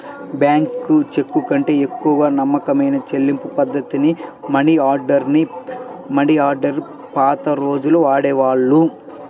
bank చెక్కుకంటే ఎక్కువ నమ్మకమైన చెల్లింపుపద్ధతిగా మనియార్డర్ ని పాత రోజుల్లో వాడేవాళ్ళు